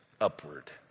upward